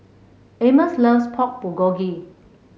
Amos loves Pork Bulgogi